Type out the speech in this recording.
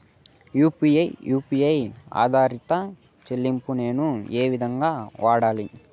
UPI U P I ఆధారిత చెల్లింపులు నేను ఏ విధంగా వాడాలి?